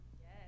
Yes